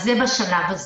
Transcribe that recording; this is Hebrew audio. זה בשלב הזה.